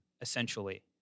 essentially